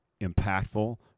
impactful